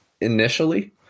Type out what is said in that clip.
initially